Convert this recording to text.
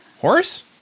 Horse